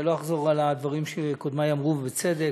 אני לא אחזור על הדברים שקודמי אמרו, ובצדק.